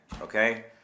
okay